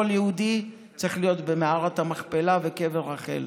כל יהודי צריך להיות במערת המכפלה ובקבר רחל,